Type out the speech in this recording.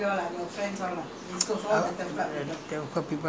so you think !wah! theatre this theatre I think it's dianwah